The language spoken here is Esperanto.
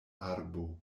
arbo